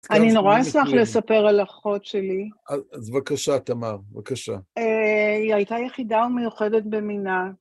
אני נורא אשמח לספר על אחות שלי. אז בבקשה, תמר, בבקשה. היא הייתה יחידה ומיוחדת במינה...